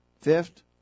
Fifth